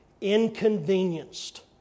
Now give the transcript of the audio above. inconvenienced